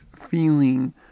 feeling